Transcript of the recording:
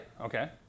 okay